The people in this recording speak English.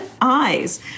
eyes